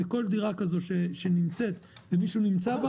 וכל דירה כזו שמישהו שלא צריך להיות נמצא בה